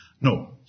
No